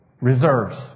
reserves